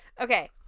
okay